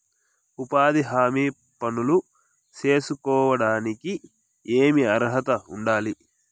ఉపాధి హామీ పనులు సేసుకోవడానికి ఏమి అర్హత ఉండాలి?